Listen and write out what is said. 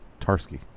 Tarski